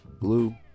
Blue